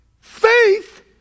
Faith